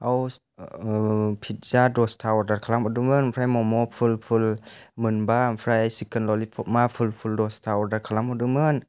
आव पिज्जा दसथा अर्दार खालामहरदोंमोन ओमफ्राय मम' फुल फुल मोनबा ओमफ्राय सिक्कोन ललिपपआ फुल फुल दसथा अर्दार खालामहरदोंमोन